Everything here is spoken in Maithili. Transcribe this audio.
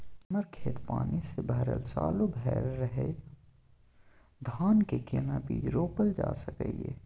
हमर खेत पानी से भरल सालो भैर रहैया, धान के केना बीज रोपल जा सकै ये?